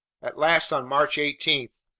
at last on march eighteen,